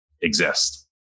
exist